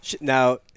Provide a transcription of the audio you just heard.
Now